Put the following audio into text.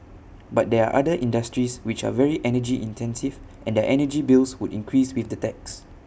but there are other industries which are very energy intensive and their energy bills would increase with the tax